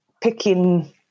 picking